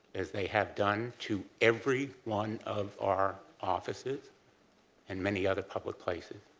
as they have done to every one of our offices and many other public places.